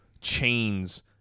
chains